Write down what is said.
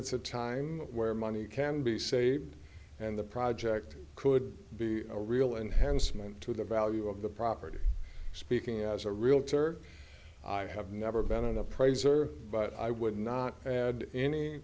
it's a time where money can be saved and the project could be a real enhancement to the value of the property speaking as a realtor i have never been an appraiser but i would not add any